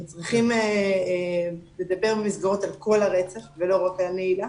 צריכים לדבר במסגרות על כל הרצף ולא רק על הנעילה.